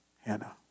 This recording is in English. Hannah